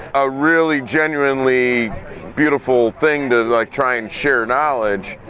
a really genuinely beautiful thing to like try and share knowledge.